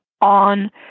on